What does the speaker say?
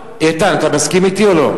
איתן, אתה מסכים אתי או לא?